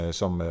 som